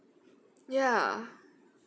ya